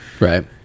Right